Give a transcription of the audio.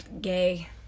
gay